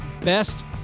best